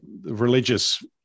religious